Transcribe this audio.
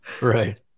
right